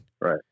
right